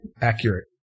accurate